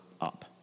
up